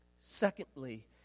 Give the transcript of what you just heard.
Secondly